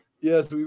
Yes